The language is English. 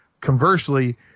conversely